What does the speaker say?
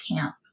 camp